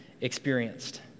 experienced